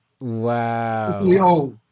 Wow